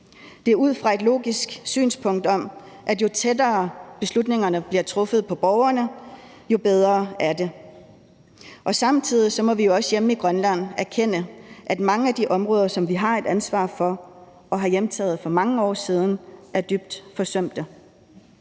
Det er ud fra et logisk synspunkt om, at jo tættere beslutningerne bliver truffet på borgerne, jo bedre er det. Samtidig må vi jo også hjemme i Grønland erkende, at mange af de områder, som vi har et ansvar for og har hjemtaget for mange år siden, er dybt forsømte.